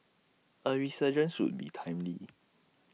A resurgence would be timely